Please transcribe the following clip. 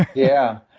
yeah.